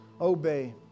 obey